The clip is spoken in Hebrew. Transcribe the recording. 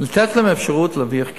זה לתת להם אפשרות להרוויח כסף.